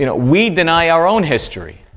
you know we deny our own history.